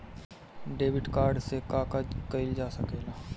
Debit card से का का कइल जा सके ला?